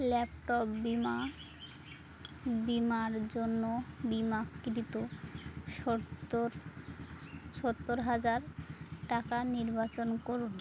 laptop বিমা বিমার জন্য বিমাকৃত সত্তর সত্তর হাজার টাকা নির্বাচন করুন